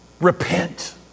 Repent